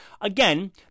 again